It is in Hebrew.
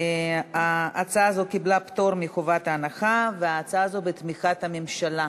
ההצעה הזאת קיבלה פטור מחובת הנחה והיא בתמיכת הממשלה.